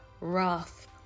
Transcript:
wrath